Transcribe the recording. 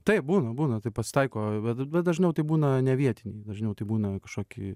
taip būna būna taip pasitaiko bet dažniau tai būna ne vietiniai dažniau tai būna kažkoki